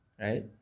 right